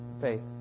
faith